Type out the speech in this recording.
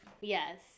Yes